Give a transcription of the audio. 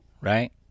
right